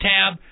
tab